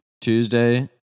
Tuesday